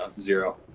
Zero